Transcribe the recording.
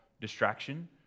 distraction